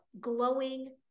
glowing